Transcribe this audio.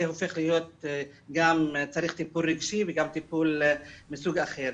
זה מצריך גם טיפול רגשי וגם טיפול מסוג אחר.